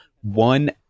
one